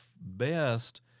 best